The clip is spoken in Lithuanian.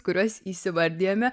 kuriuos įsivardijame